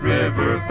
River